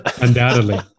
Undoubtedly